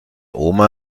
oma